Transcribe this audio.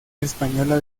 española